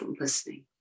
listening